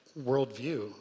worldview